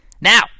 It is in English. Now